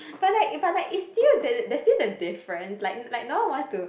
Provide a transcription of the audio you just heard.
but like but like it's still there's still the difference like like no one wants to